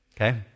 okay